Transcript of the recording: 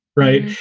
right.